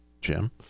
Jim